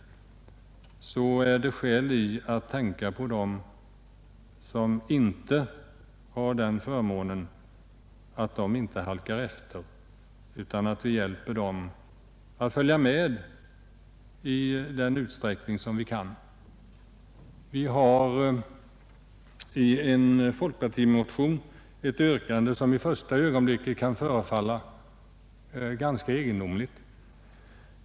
Det är emellertid skäl att tänka på dem som inte har den förmånen så att de inte halkar efter utan får all möjlig hjälp att följa med i utvecklingen. Vi har i en folkpartimotion framställt ett yrkande som vid första påseende kan förefalla ganska egendomligt.